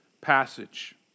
passage